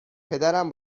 پدرم